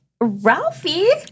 Ralphie